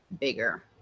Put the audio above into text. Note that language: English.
bigger